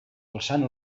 alçant